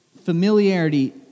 Familiarity